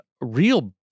real